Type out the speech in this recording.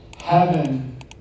Heaven